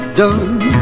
done